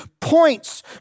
points